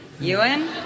Ewan